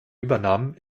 übernahmen